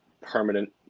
permanent